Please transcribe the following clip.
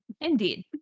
indeed